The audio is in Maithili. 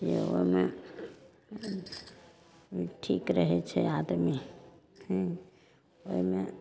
जे ओहिमे ठीक रहैत छै आदमी हूँ ओहिमे